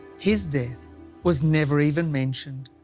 his death was never even mentioned.